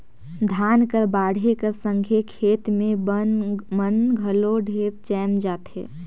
धान कर बाढ़े कर संघे खेत मे बन मन घलो ढेरे जाएम जाथे